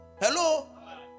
hello